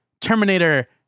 Terminator